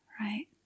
right